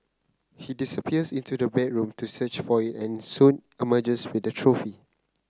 he disappears into the bedroom to search for it and soon emerges with the trophy